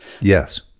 Yes